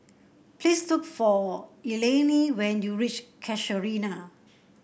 please look for Eleni when you reach Casuarina